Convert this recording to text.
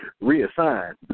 reassigned